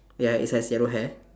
ya he has yellow hair